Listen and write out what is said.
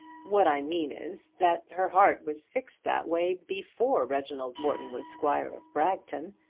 what i mean is that her heart was fixed that way before reginald morton was squire of bragton.